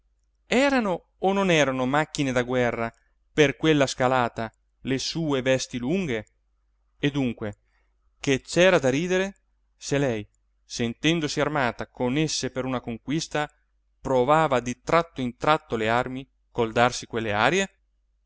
erano o non erano macchine da guerra per quella scalata le sue vesti lunghe e dunque che c'era da ridere se lei sentendosi armata con esse per una conquista provava di tratto in tratto le armi col darsi quelle arie